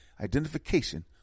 identification